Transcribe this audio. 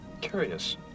Curious